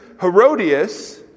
Herodias